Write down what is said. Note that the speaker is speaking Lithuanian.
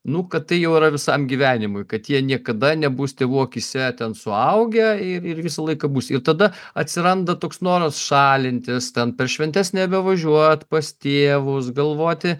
nu kad tai jau yra visam gyvenimui kad jie niekada nebus tėvų akyse ten suaugę ir ir visą laiką bus ir tada atsiranda toks noras šalintis ten per šventes nebevažiuot pas tėvus galvoti